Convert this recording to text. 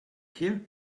here